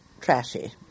trashy